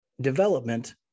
development